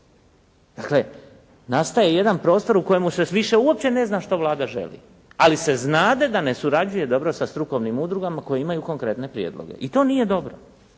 Dakle, nastaje jedan prostor u kojemu se više uopće ne zna što Vlada želi, ali se znade da ne surađuje dobro sa strukovnim udrugama koje imaju konkretne prijedloge i to nije dobro.